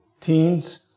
teens